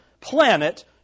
planet